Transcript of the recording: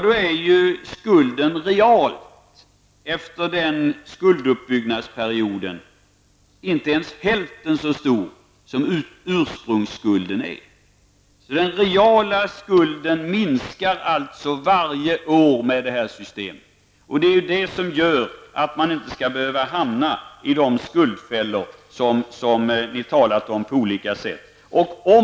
Då blir skulden efter skulduppbyggnadsperioden realt inte ens hälften som stor som ursprungsskulden. Den reala skulden minskar alltså varje år med det här systemet, och det är ju det som gör att man inte behöver hamna i de skuldfällor som ni på olika sätt har talat om.